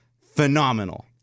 phenomenal